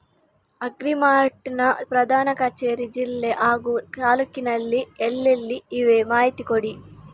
Agri mart ನ ಪ್ರಧಾನ ಕಚೇರಿ ಜಿಲ್ಲೆ ಹಾಗೂ ತಾಲೂಕಿನಲ್ಲಿ ಎಲ್ಲೆಲ್ಲಿ ಇವೆ ಮಾಹಿತಿ ಕೊಡಿ?